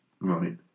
Right